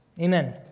Amen